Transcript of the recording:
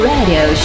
Radio